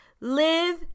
Live